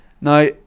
Now